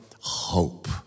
Hope